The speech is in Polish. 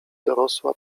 dorosła